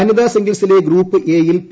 വനീത്പു സിംഗിൾസിലെ group A യിൽ P